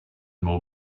more